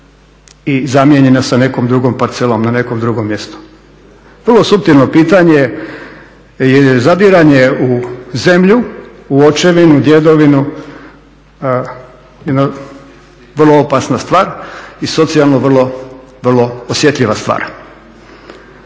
i zamijenjena sa nekom drugom parcelom na nekom drugom mjestu. Vrlo suptilno pitanje jer je zadiranje u zemlju, u očevinu, djedovinu jedna vrlo opasna stvar i socijalno vrlo osjetljiva stvar.